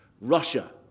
Russia